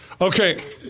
Okay